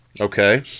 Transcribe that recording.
Okay